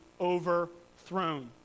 overthrown